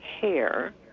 hair